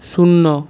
শূন্য